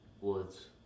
Woods